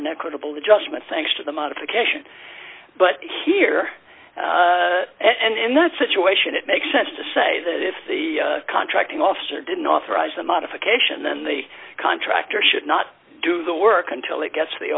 an equitable adjustment thanks to the modification but here and in that situation it makes sense to say that if the contracting officer didn't authorize the modification then the contractor should not do the work until it gets the